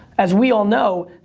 as we all know,